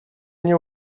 nie